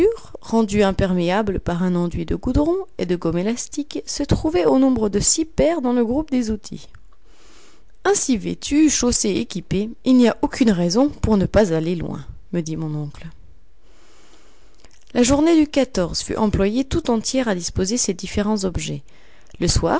rendues imperméables par un enduit de goudron et de gomme élastique se trouvaient au nombre de six paires dans le groupe des outils ainsi vêtus chaussés équipés il n'y a aucune raison pour ne pas aller loin me dit mon oncle la journée du fut employée tout entière à disposer ces différents objets le